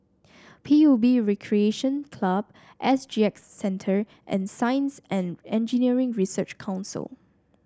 P U B Recreation Club S G X Centre and Science And Engineering Research Council